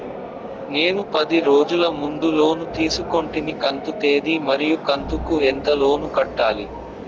నేను పది రోజుల ముందు లోను తీసుకొంటిని కంతు తేది మరియు కంతు కు ఎంత లోను కట్టాలి?